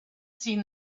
seen